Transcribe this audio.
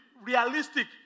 realistic